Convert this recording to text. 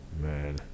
man